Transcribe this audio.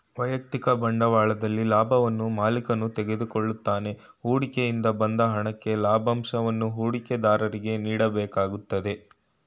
ವೈಯಕ್ತಿಕ ಬಂಡವಾಳದಲ್ಲಿ ಲಾಭವನ್ನು ಮಾಲಿಕನು ತಗೋತಾನೆ ಹೂಡಿಕೆ ಇಂದ ಬಂದ ಹಣಕ್ಕೆ ಲಾಭಂಶವನ್ನು ಹೂಡಿಕೆದಾರರಿಗೆ ನೀಡಬೇಕಾಗುತ್ತದೆ